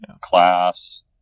class